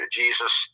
jesus